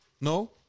No